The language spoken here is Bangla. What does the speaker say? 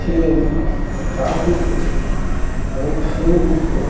সেন দাশগুপ্ত এবং সেনগুপ্ত